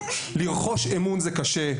לרכוש אמון זה קשה,